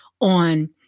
on